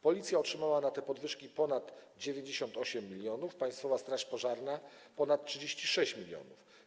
Policja otrzymała na te podwyżki ponad 98 mln, Państwowa Straż Pożarna - ponad 36 mln,